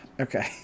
okay